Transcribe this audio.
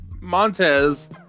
Montez